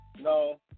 no